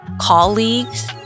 colleagues